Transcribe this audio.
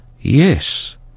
Yes